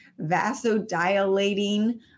vasodilating